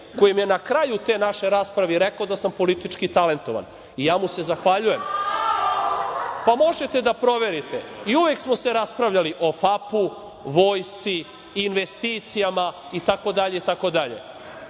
koji me na kraju te naše rasprave rekao da sam politički talentovan, i ja mu se zahvaljujem. Možete da proverite. Uvek smo se raspravljali u FAP-u, vojsci, investicijama itd. Vi